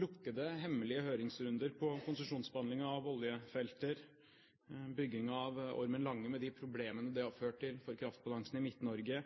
lukkede, hemmelige høringsrunder om konsesjonsbehandling av oljefelter, bygging av Ormen Lange, med de problemene det har ført til for kraftbalansen i Midt-Norge